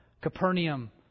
Capernaum